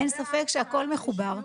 אין ספק שהכול מחובר.